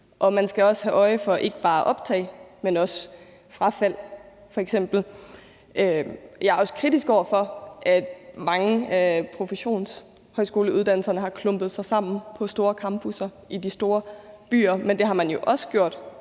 Man skal også have øje for ikke bare optag, men også f.eks. frafald. Jeg er også kritisk over for, at mange af professionshøjskoleuddannelserne har klumpet sig sammen på store campusser i de store byer, men det har man jo også gjort